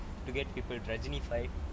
to get people rajinified